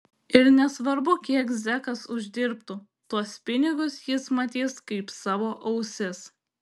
ir nesvarbu kiek zekas uždirbtų tuos pinigus jis matys kaip savo ausis